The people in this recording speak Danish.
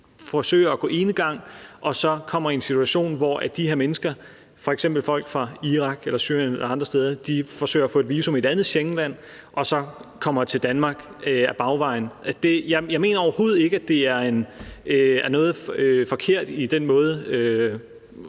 forsøger at gå enegang og så kommer i en situation, hvor de her mennesker – f.eks. folk fra Irak eller Syrien eller andre steder – forsøger at få et visum i et andet Schengenland og så kommer til Danmark ad bagvejen. Jeg mener overhovedet ikke, at der er noget forkert i den måde,